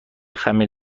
خمیر